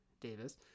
Davis